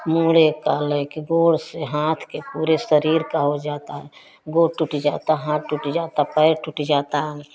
मोरे कालेय के गोड़ से हांत के पूरे शरीर का हो जाता है गोड़ टूट जाता है हाथ टूट जाता पैर टूट जाता